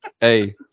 Hey